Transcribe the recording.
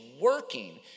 working